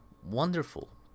wonderful